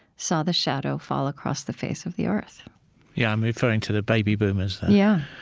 saw the shadow fall across the face of the earth yeah i'm referring to the baby boomers yeah